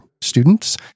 students